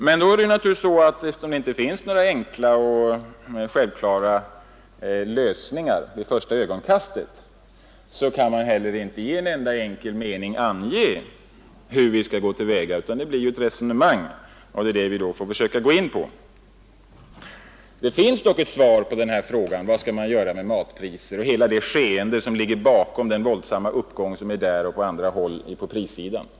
Men eftersom man inte vid första ögonkastet kan finna några enkla och självklara lösningar, kan man inte heller i en enda enkel mening ange hur vi skall gå till väga, utan man får föra ett resonemang. Det finns dock ett svar på frågan, vad man skall göra åt matpriserna och åt hela det skeende som ligger bakom den våldsamma uppgången av priserna där och på andra håll.